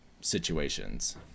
situations